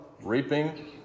reaping